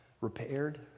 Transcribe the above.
repaired